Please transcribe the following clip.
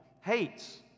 hates